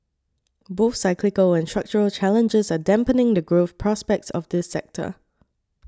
both cyclical and structural challenges are dampening the growth prospects of this sector